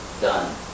done